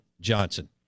Johnson